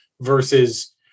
versus